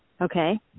Okay